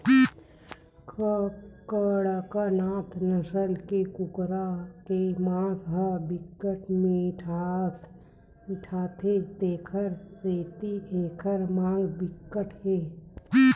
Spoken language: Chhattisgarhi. कड़कनाथ नसल के कुकरा के मांस ह बिकट मिठाथे तेखर सेती एखर मांग बिकट हे